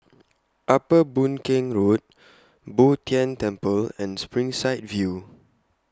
Upper Boon Keng Road Bo Tien Temple and Springside View